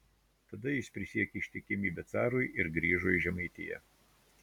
tada jis prisiekė ištikimybę carui ir grįžo į žemaitiją